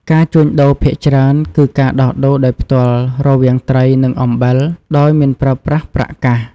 ការជួញដូរភាគច្រើនគឺការដោះដូរដោយផ្ទាល់រវាងត្រីនិងអំបិលដោយមិនប្រើប្រាស់ប្រាក់កាស។